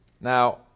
Now